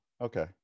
Okay